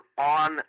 on